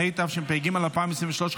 התשפ"ג 2023,